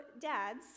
dads